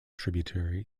tributary